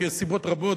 כי הסיבות רבות,